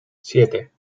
siete